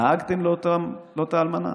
דאגתם לאותה אלמנה?